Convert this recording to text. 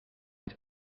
het